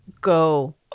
Go